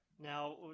Now